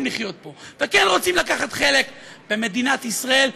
לחיות פה וכן רוצים לקחת חלק במדינת ישראל,